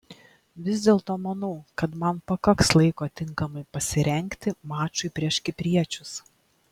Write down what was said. vis dėlto manau kad man pakaks laiko tinkamai pasirengti mačui prieš kipriečius